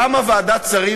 למה ועדת שרים,